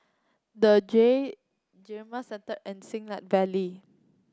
the Jade Gamden Centre and Siglap Valley